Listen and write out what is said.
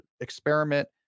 experiment